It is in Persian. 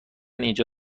اینجا